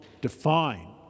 define